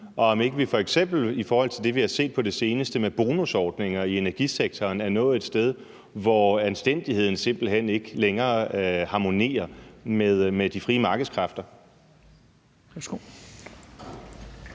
og om ikke vi f.eks. i forhold til det, vi har set på det seneste, med bonusordninger i energisektoren, er nået et sted hen, hvor anstændigheden simpelt hen ikke længere er i harmoni med de frie markedskræfter.